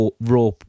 raw